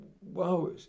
wow